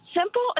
simple